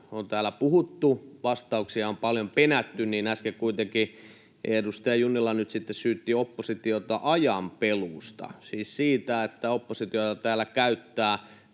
on täällä puhuttu, vastauksia on paljon penätty, niin äsken kuitenkin edustaja Junnila nyt sitten syytti oppositiota ajanpeluusta — siis että tämä on ajanpeluuta, että oppositio täällä käyttää